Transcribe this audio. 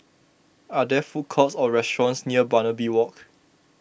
are there food courts or restaurants near Barbary Walk